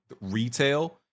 retail